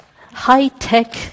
high-tech